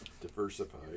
Diversify